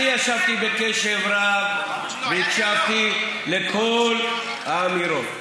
אני הקשבתי בקשב רב לכל האמירות.